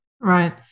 Right